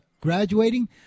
graduating